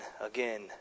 again